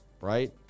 right